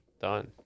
done